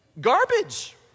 Garbage